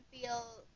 feel